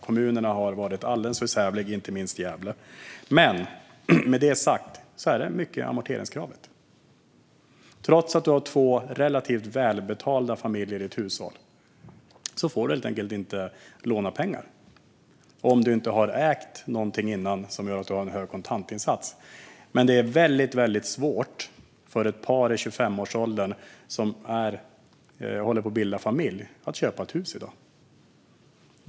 Kommunerna har varit alldeles för sävliga, inte minst Gävle. Men med det sagt beror det även mycket på amorteringskravet. Trots att du har två relativt välbetalda personer i ett hushåll får du helt enkelt inte låna pengar, om du inte har ägt någonting innan och därmed har en stor kontantinsats. Det är i dag väldigt svårt för ett par i 25-årsåldern som håller på att bilda familj att köpa ett hus.